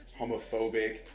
homophobic